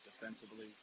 defensively